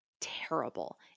terrible